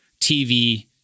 TV